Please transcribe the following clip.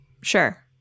sure